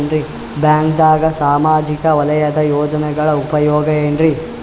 ಬ್ಯಾಂಕ್ದಾಗ ಸಾಮಾಜಿಕ ವಲಯದ ಯೋಜನೆಗಳ ಉಪಯೋಗ ಏನ್ರೀ?